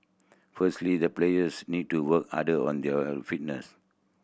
firstly the players need to work harder on their fitness